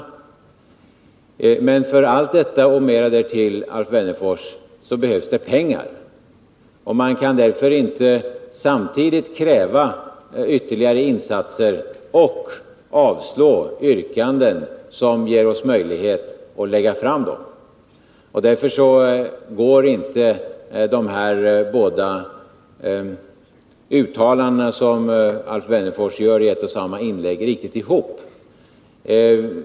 Men för allt detta och för mera därtill, Alf Wennerfors, behövs det pengar! Man kan därför inte kräva ytterligare insatser samtidigt som man avslår yrkanden som ger oss möjligheter att lägga fram förslag. Därför går inte de båda uttalanden som Alf Wennerfors gjorde i ett och samma inlägg riktigt ihop.